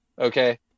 Okay